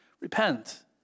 Repent